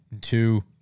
two